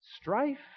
strife